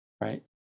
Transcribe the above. right